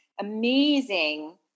amazing